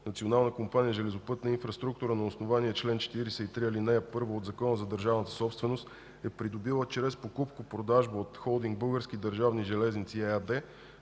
Национална компания „Железопътна инфраструктура” на основание чл. 43, ал. 1 от Закона за държавната собственост е придобила чрез покупко-продажба от Холдинг „Български държавни железници” ЕАД